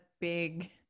big